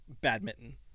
Badminton